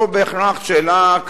לא בהכרח שאלה,